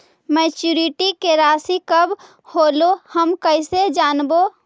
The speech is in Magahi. मैच्यूरिटी के रासि कब होलै हम कैसे जानबै?